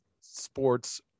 sports